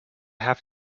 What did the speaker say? have